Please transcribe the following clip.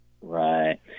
Right